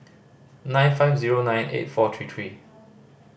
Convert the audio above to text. nine five zero nine eight four three three